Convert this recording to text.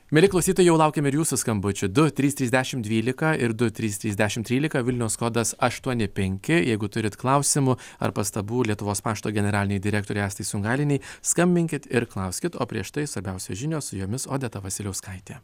mieli klausytojai jau laukiam ir jūsų skambučių du trys trys dešimt dvylika du trys trys dešimt trylika vilniaus kodas aštuoni penki jeigu turit klausimų ar pastabų lietuvos pašto generalinei direktorei astai sungailienei skambinkit ir klauskit o prieš tai svarbiausios žinios su jumis odeta vasiliauskaitė